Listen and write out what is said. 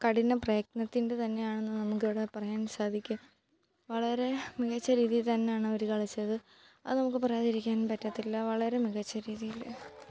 കഠിനപ്രയത്നത്തിൻ്റെ തന്നെയാണെന്ന് നമുക്ക് ഇവിടെ പറയാൻ സാധിക്കും വളരെ മികച്ച രീതിയിൽ തന്നെയാണ് അവർ കളിച്ചത് അതു നമുക്കു പറയാതിരിക്കാൻ പറ്റത്തില്ല വളരെ മികച്ച രീതിയിൽ